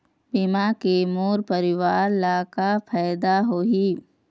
बीमा के मोर परवार ला का फायदा होही?